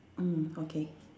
mm okay